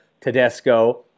Tedesco